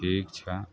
ठीक छै